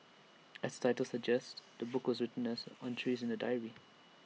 as the title suggests the book is written as entries in A diary